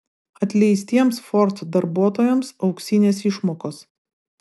atleistiems ford darbuotojams auksinės išmokos